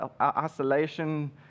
isolation